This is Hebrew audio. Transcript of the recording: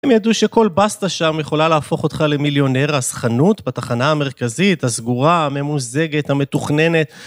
הם ידעו שכל בסטה שם יכולה להפוך אותך למיליונר, אז חנות בתחנה המרכזית, הסגורה, הממוזגת, המתוכננת.